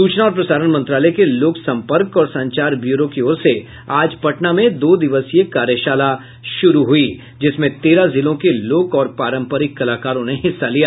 सूचना और प्रसारण मंत्रालय के लोक संपर्क और संचार ब्यूरो की ओर से आज पटना में दो दिवसीय कार्यशाला शुरू हुई जिसमें तेरह जिलों के लोक और पारंपरिक कलाकारों ने हिस्सा लिया